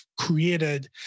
created